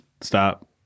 stop